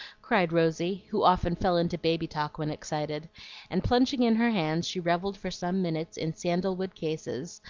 cried rosy, who often fell into baby talk when excited and plunging in her hands, she revelled for some minutes in sandal-wood cases,